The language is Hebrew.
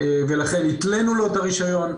ולכן התלנו לו את הרישיון,